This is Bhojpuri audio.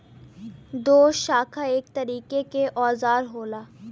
दोशाखा एक तरीके के औजार होला